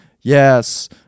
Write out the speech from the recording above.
yes